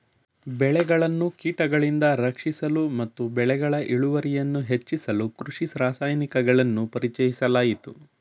ಬೆಳೆಗಳನ್ನು ಕೀಟಗಳಿಂದ ರಕ್ಷಿಸಲು ಮತ್ತು ಬೆಳೆಗಳ ಇಳುವರಿಯನ್ನು ಹೆಚ್ಚಿಸಲು ಕೃಷಿ ರಾಸಾಯನಿಕಗಳನ್ನು ಪರಿಚಯಿಸಲಾಯಿತು